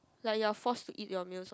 like you're force to eat your meals on